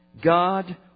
God